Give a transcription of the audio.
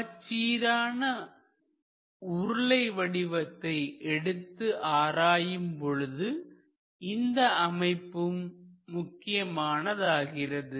சமச்சீரான உருளை வடிவத்தை எடுத்து ஆராயும் பொழுது இந்த அமைப்பும் முக்கியமானதாகிறது